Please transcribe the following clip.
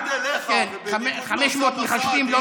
בניגוד אליך ובניגוד לאוסאמה סעדי,